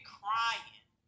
crying